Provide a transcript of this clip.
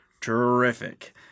Terrific